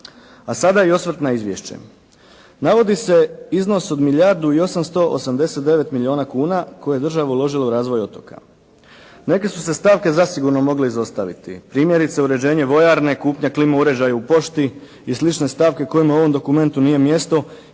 A sada i osvrt na izvješće. Navodi se iznos od milijardu i 889 milijuna kuna koje je država uložila u razvoj otoka. Neke su se stavke zasigurno mogle izostaviti primjerice uređenje vojarne, kupnja klimo uređaja u pošti i slične stavke kojima u ovom dokumentu nije mjesto i